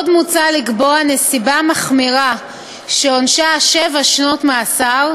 עוד מוצע לקבוע נסיבה מחמירה שעונשה שבע שנות מאסר